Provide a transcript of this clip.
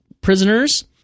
Prisoners